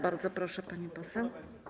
Bardzo proszę, pani poseł.